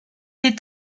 est